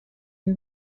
une